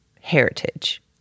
heritage